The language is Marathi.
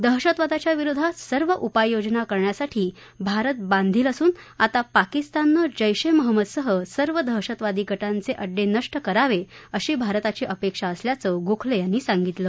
दहशतवादाच्या विरोधात सर्व उपाययोजना करण्यासाठी भारत बांधील असून आता पाकिस्ताननं जैश ए महम्मदसह सर्व दहशतवादी गटांचे अङ्डे नष्ट करावे अशी भारताची अपेक्षा असल्याचं गोखले यांनी सांगितलं